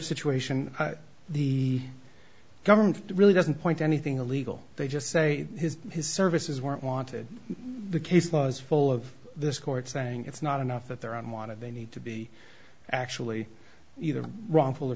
situation the government really doesn't point anything illegal they just say his his services weren't wanted the case was full of this court saying it's not enough that they're on wanted they need to be actually either wrongful